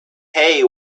hay